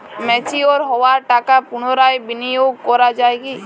Mature হওয়া টাকা পুনরায় বিনিয়োগ করা য়ায় কি?